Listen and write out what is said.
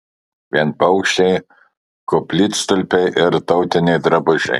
vien paukščiai koplytstulpiai ir tautiniai drabužiai